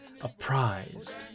apprised